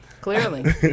Clearly